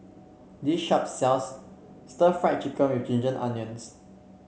this shop sells Stir Fried Chicken with Ginger Onions